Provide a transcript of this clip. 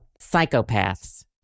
psychopaths